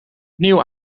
opnieuw